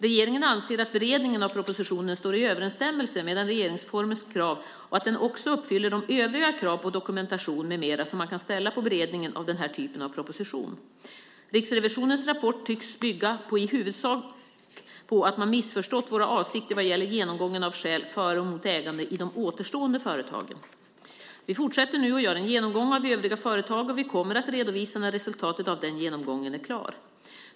Regeringen anser att beredningen av propositionen står i överensstämmelse med regeringsformens krav och att den också uppfyller de övriga krav på dokumentation med mera som man kan ställa på beredningen av den här typen av proposition. Riksrevisionens rapport tycks, i huvudsak, bygga på att man missförstått våra avsikter vad gäller genomgången av skäl för och emot ägandet i de återstående företagen. Vi fortsätter nu och gör en genomgång av övriga företag, och vi kommer att redovisa när resultatet av den genomgången är klar.